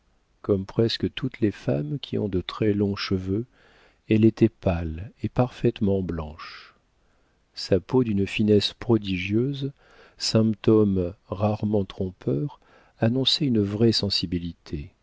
comme presque toutes les femmes qui ont de très longs cheveux elle était pâle et parfaitement blanche sa peau d'une finesse prodigieuse symptôme rarement trompeur annonçait une vraie sensibilité